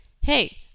hey